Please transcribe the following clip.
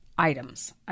items